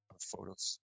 photos